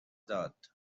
داد